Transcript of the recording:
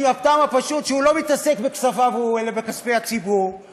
מן הטעם הפשוט שהוא לא מתעסק בכספיו הוא אלא בכספי הציבור,